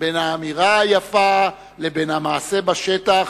בין האמירה היפה לבין המעשה בשטח,